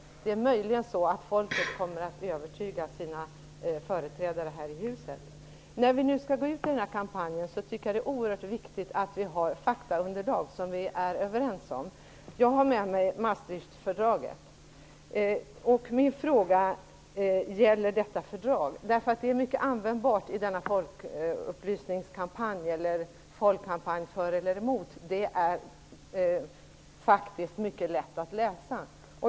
Möjligen är det så att folket kommer att övertyga sina företrädare i det här huset. När vi nu skall gå ut i den här kampanjen är det oerhört viktigt att vi har ett faktaunderlag som vi är överens om. Jag har med mig Maastrichtfördraget här. Min fråga är: Gäller detta fördrag? Maastrichtfördraget är mycket användbart i folkkampanjen för eller emot och faktiskt mycket lättläst.